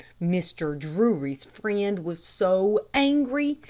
mr. drury's friend was so angry.